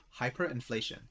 hyperinflation